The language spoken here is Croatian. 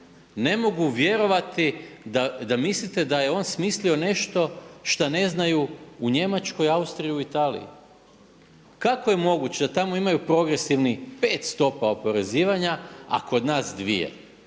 ne mogu vjerovati da mislite da je on smislio nešto što ne znaju u Njemačkoj, Austriji i u Italiji. Kako je moguće da tamo imaju progresivni pet stopa oporezivanja, a kod nas dvije